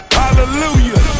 hallelujah